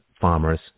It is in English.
farmers